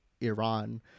Iran